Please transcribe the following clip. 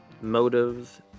motives